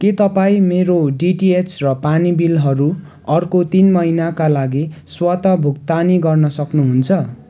के तपाईँ मेरो डिटिएच र पानी बिलहरू अर्को तिन महिनाका लागि स्वतः भुक्तानी गर्न सक्नुहुन्छ